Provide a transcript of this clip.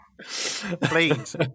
Please